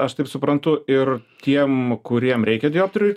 aš taip suprantu ir tiem kuriem reikia dioptrijų